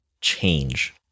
change